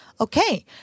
Okay